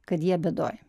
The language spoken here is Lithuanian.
kad jie bėdoj